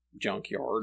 junkyard